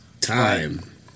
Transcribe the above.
Time